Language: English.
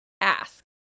ask